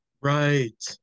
right